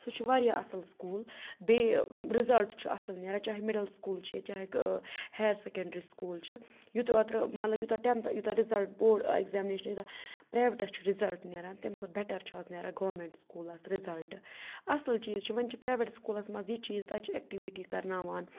سُہ چھِ واریاہ اَصٕل سکوٗل بیٚیہِ رِزَلٹ چھِ اَصٕل نیران چاہے مِڈَل سکوٗل چھِ ییٚتہِ چاہے ہایر سٮ۪کنٛڈرٛی سکوٗل چھِ یوٗتاہ اوترٕ مطلب یوٗتاہ ٹٮ۪نٛتھٕ یوٗتاہ رِزَلٹ بوڑ اٮ۪کزیمنیشَن یوٗتاہ پرٛایویٹَس چھُ رِزَلٹ نیران تمہِ کھۄتہٕ بٮ۪ٹَر چھُ آز نیران گورمٮ۪نٛٹ سکوٗلَس رِزَلٹ اَصٕل چیٖز چھُ وۄنۍ چھُ پرٛایویٹ سکوٗلَس منٛز یہِ چیٖز تَتہِ چھُ اٮ۪کٹٕوِٹی کَرناوان